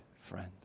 friends